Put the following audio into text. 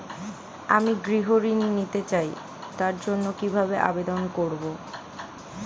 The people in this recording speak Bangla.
আমি গৃহ ঋণ নিতে চাই তার জন্য কিভাবে আবেদন করব?